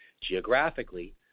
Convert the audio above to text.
Geographically